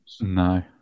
No